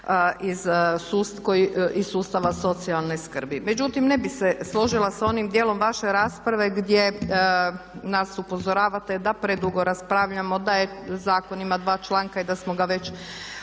iz sustava socijalne skrbi. Međutim, ne bih se složila s onim dijelom vaše rasprave gdje nas upozoravate da predugo raspravljamo, da zakon ima dva članka i da smo ga već